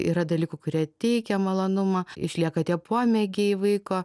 yra dalykų kurie teikia malonumą išlieka tie pomėgiai vaiko